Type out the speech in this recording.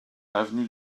avenue